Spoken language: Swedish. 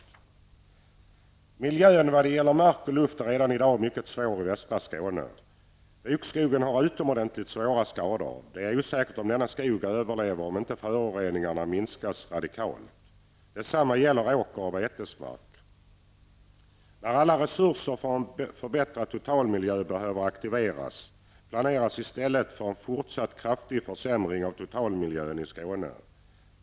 Miljön vad gäller mark och luft är redan i dag mycket svår i västra Skåne. Bokskogen har utomordentligt svåra skador. Det är osäkert om denna skog överlever om inte föroreningarna minskas radikalt. Detsamma gäller åker och betesmarker. När alla resurser för en förbättrad totalmiljö behöver aktiveras, planeras i stället för en fortsatt kraftig försämring av totalmiljön i Skåne.